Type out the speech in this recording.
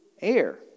air